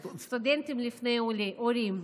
סטודנטים לפני עולים.